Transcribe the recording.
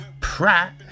Pratt